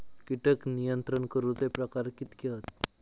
कीटक नियंत्रण करूचे प्रकार कितके हत?